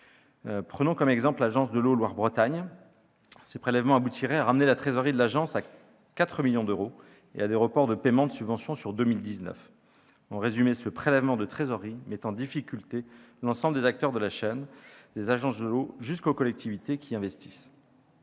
Prenons comme exemple l'agence de l'eau Loire-Bretagne. Ces prélèvements aboutiraient à ramener la trésorerie de l'agence à 4 millions d'euros et à des reports de paiement de subventions sur 2019. En résumé, ce prélèvement de trésorerie met en difficulté l'ensemble des acteurs de la chaîne, des agences de l'eau jusqu'aux collectivités qui investissent.